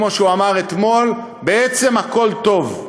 כמו שהוא אמר אתמול: בעצם הכול טוב.